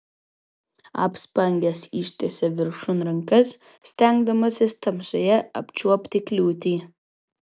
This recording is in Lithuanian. apspangęs ištiesė viršun rankas stengdamasis tamsoje apčiuopti kliūtį